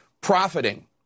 profiting